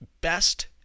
best